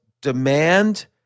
demand